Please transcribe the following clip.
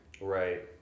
Right